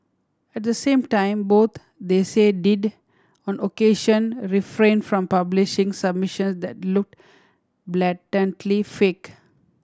at the same time both they say did on occasion refrain from publishing submission that looked blatantly fake